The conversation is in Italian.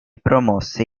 promosse